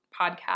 podcast